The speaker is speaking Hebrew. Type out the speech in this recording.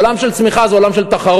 עולם של צמיחה זה עולם של תחרות.